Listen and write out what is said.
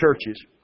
churches